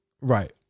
Right